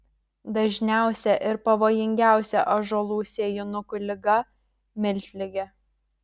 dažniausia ir pavojingiausia ąžuolų sėjinukų liga miltligė